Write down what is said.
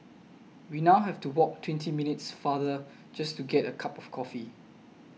we now have to walk twenty minutes farther just to get a cup of coffee